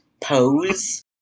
pose